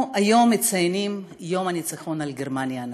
היום אנחנו מציינים את יום הניצחון על גרמניה הנאצית.